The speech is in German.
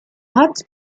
hat